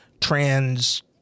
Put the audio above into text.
trans